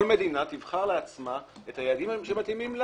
מדינה תבחר לעצמה את היעדים שמתאימים לה.